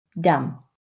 dumb